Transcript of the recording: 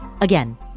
Again